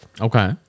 Okay